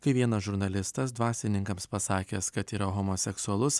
kai vienas žurnalistas dvasininkams pasakęs kad yra homoseksualus